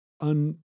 un